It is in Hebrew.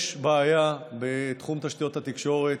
יש בעיה בתחום תשתיות התקשורת.